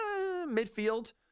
midfield